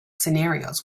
scenarios